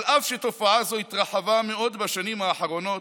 אף שתופעה זו התרחבה מאוד בשנים האחרונות,